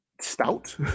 stout